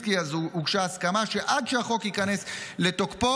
הוגשה הסכמה שעד שהחוק ייכנס לתוקפו,